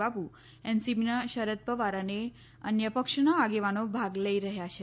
બાબુ એનસીપીના શરદ પવાર અને અન્ય પક્ષોના આગેવાનો ભાગ લઈ રહ્યા છે